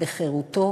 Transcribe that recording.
בחירותו,